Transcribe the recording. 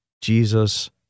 Jesus